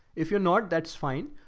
if you're not, that's fine.